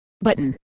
button